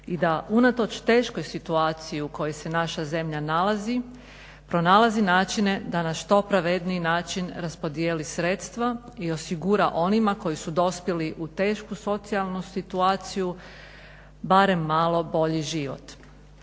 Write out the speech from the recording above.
i da unatoč teškoj situaciji u kojoj se naša zemlja nalazi pronalazi načine da na što pravedniji način raspodijeli sredstva i osigura onima koji su dospjeli u tešku socijalnu situaciju barem malo bolji život.